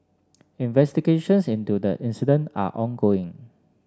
investigations into the incident are ongoing